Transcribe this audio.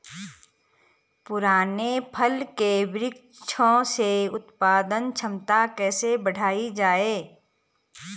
पुराने फल के वृक्षों से उत्पादन क्षमता कैसे बढ़ायी जाए?